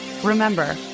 Remember